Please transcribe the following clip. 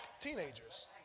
teenagers